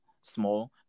small